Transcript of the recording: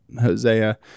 hosea